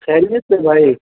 خیریت سے ہیں بھائی